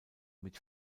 mit